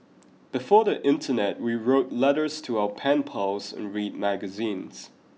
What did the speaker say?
before the internet we wrote letters to our pen pals and read magazines